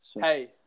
Hey